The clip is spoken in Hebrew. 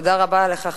תודה רבה לך,